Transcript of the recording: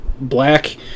black